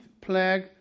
plague